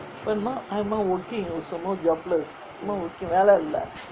im not working also no jobless I'm not working வேலே இல்லே:velae illae